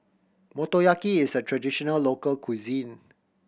motoyaki is a traditional local cuisine